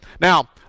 Now